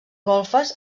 golfes